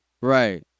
Right